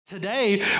Today